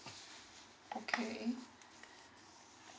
okay